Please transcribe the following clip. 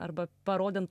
arba parodant